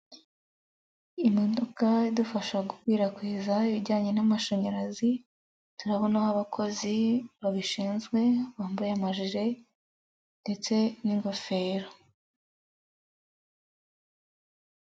Imodoka idufasha gukwirakwiza ibijyanye n'amashanyarazi, turabona aho abakozi babishinzwe bambaye amajire ndetse n'ingofero.